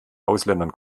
ausländern